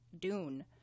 Dune